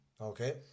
Okay